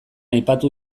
aipatu